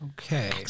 Okay